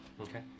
Okay